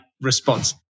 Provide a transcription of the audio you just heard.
response